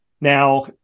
now